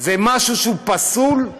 זה משהו פסול?